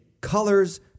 colors